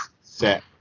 set